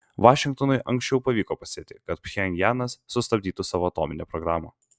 vašingtonui anksčiau pavyko pasiekti kad pchenjanas sustabdytų savo atominę programą